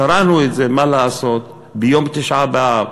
קראנו את זה, מה לעשות, ביום תשעה באב,